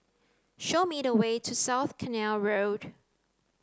show me the way to South Canal Road